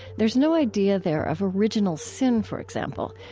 there's no idea there of original sin, for example,